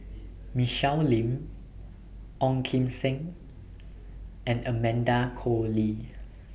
Michelle Lim Ong Kim Seng and Amanda Koe Lee